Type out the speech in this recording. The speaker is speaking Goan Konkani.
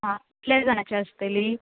आं कितले जाणांची आसतली